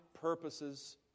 purposes